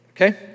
okay